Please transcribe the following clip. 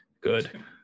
good